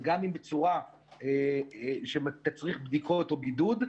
וגם אם בצורה שתצריך בדיקות או בידוד,